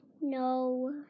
No